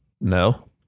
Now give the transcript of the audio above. no